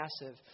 massive